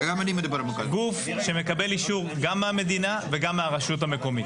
גוף שמקבל אישור גם מהמדינה וגם מהרשות המקומית.